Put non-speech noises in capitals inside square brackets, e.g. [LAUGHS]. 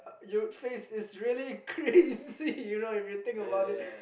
you face is really crazy [LAUGHS] you know if you think about it